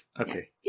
Okay